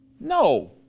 No